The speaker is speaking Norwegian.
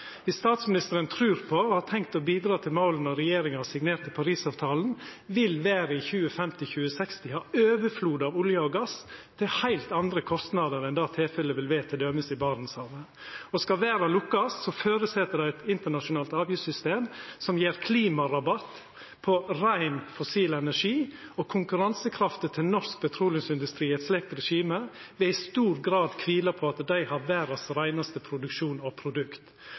statsministeren trur på og har tenkt å bidra til malen då regjeringa signerte Paris-avtalen, vil verda i 2050–2060 ha overflod av olje og gass til heilt andre kostnader enn det tilfellet vil vera t.d. i Barentshavet. Skal verda lukkast, føreset det eit internasjonalt avgiftssystem som gjev klimarabatt på rein fossil energi, og konkurransekrafta til norsk petroleumsindustri i eit slikt regime vil i stor grad kvila på at ein har verdas reinaste produksjon og produkt.